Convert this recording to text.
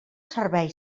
servei